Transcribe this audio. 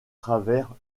travers